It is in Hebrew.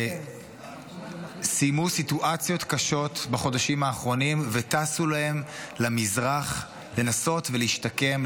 שסיימו סיטואציות קשות בחודשים האחרונים וטסו להם למזרח לנסות להשתקם,